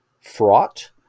fraught